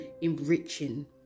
enriching